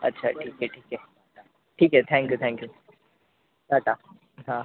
अच्छा अच्छा ठीक आहे ठीक आहे थॅंक्यू थॅंक्यू टाटा हां